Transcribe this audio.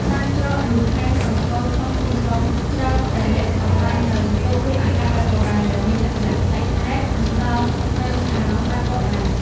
តាមច្រកឌឿងហែមតូចៗក្នុងទីក្រុង ច្រើនតែលាក់កំបាំងនូវតូបលក់អាហារបែបបុរាណ ដែលមានលក្ខណៈប្លែកភ្នែក និងផ្ដល់នូវអារម្មណ៍បែបបុរាណ។